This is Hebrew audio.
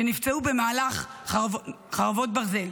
שנפצעו במהלך חרבות ברזל.